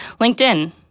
LinkedIn